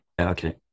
Okay